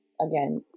again